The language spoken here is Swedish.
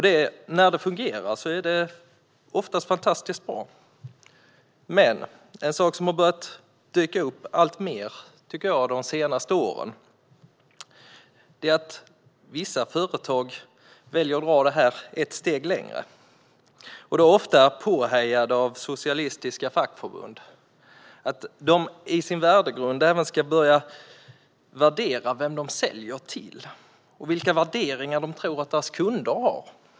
När det fungerar är det oftast fantastiskt bra. En sak som har börjat dyka upp alltmer de senaste åren är att vissa företag väljer att dra det ett steg längre och då ofta påhejade av socialistiska fackförbund. De ska i sin värdegrund även börja värdera vem de säljer till och vilka värderingar de tror att deras kunder har.